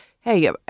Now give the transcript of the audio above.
hey